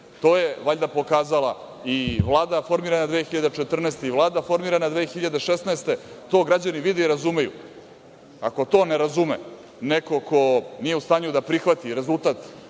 To je pokazala i Vlada formirana 2014. godine i Vlada formirana 2016. godine. To građani vide i razumeju. Ako to ne razume neko ko nije u stanju da prihvati rezultat